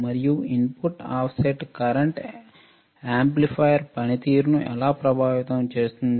మరియు input offset current amplifier పనితీరును ఎలా ప్రభావితం చేస్తుంది